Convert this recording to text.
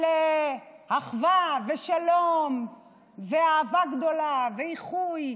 של אחווה ושלום ואהבה גדולה ואיחוי.